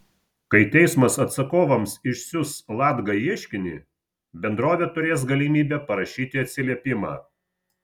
kai teismas atsakovams išsiųs latga ieškinį bendrovė turės galimybę parašyti atsiliepimą